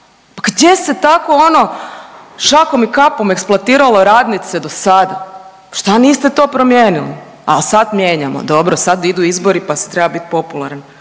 pa gdje se tako ono šakom i kapom eksploatiralo radnice dosada, šta niste to promijenili, al sad mijenjamo? Dobro, sad idu izbori, pa se treba bit popularan,